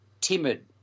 timid